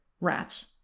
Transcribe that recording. rats